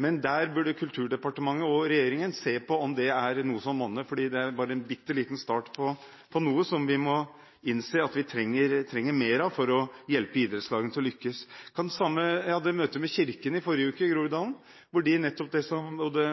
men Kulturdepartementet og regjeringen burde se på om det er noe som monner, for dette er bare en bitte liten start på noe som vi må innse at vi trenger mer av for å hjelpe idrettslagene til å lykkes. Jeg hadde et møte med Kirken i Groruddalen i forrige uke. Både